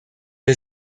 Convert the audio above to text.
der